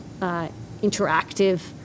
interactive